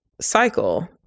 cycle